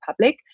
public